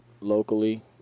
locally